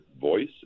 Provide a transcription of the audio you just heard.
voice